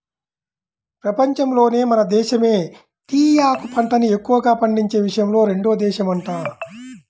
పెపంచంలోనే మన దేశమే టీయాకు పంటని ఎక్కువగా పండించే విషయంలో రెండో దేశమంట